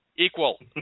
Equal